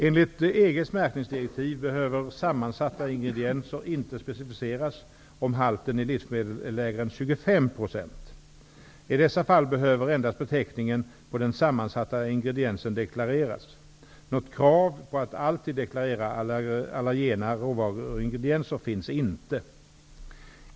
Enligt EG:s märkningsdirektiv behöver sammansatta ingredienser inte specificeras om halten i livsmedlet är lägre än 25 %. I dessa fall behöver endast beteckningen på den sammansatta ingrediensen deklareras. Något krav på att alltid deklarera allergena råvaruingredienser finns inte.